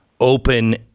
open